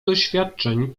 doświadczeń